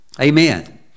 Amen